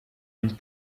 und